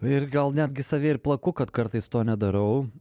ir gal netgi save ir plaku kad kartais to nedarau